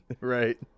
Right